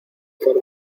cerdo